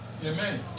Amen